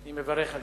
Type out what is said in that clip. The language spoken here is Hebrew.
אני מברך על זה.